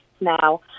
now